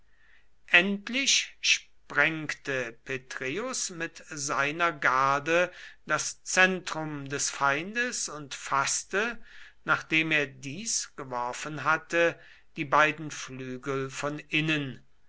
endlich sprengte petreius mit seiner garde das zentrum des feindes und faßte nachdem er dies geworfen hatte die beiden flügel von innen